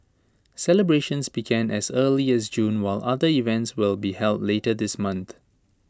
celebrations began as early as June while other events will be held later this month